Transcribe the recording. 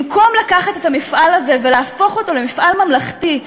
במקום לקחת את המפעל הזה ולהפוך אותו למפעל ממלכתי,